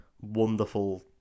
wonderful